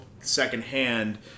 secondhand